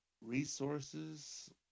Resources